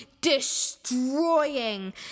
destroying